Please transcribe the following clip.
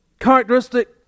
characteristic